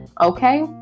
okay